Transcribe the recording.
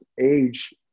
age